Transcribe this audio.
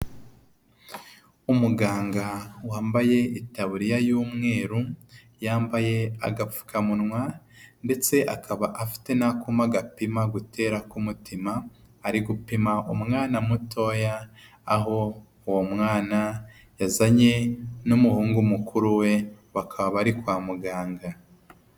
Umuganga wambaye itaburiya y'umweru, yambaye agapfukamunwa, ndetse akaba afite n'akuma gatima gutera ku mutima, ari gupima umwana mutoya, aho uwo mwana yazanye n'umuhungu mukuru we, bakaba bari kwa muganga.